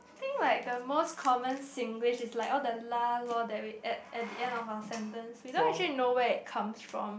I think like the most common Singlish is like all the lah lor that we add at the end of sentence we don't actually know where it comes from